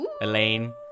Elaine